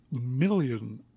million